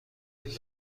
این